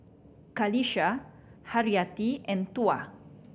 Qalisha Haryati and Tuah